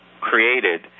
created